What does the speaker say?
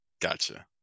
Gotcha